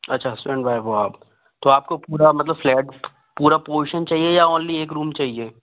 अच्छा husband wife हो आप तो आपको पूरा मतलब फ्लैट पूरा पोर्शन चाहिए आपको या ओन्ली एक रूम चाहिए